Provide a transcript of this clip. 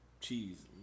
Cheese